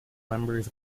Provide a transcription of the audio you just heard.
members